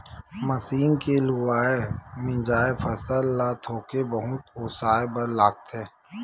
machine के लुवाए, मिंजाए फसल ल थोके बहुत ओसाए बर लागथे